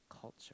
culture